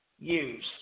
use